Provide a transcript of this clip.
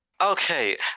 Okay